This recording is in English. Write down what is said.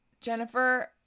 Jennifer